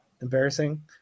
embarrassing